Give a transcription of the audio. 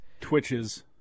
Twitches